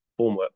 formwork